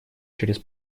через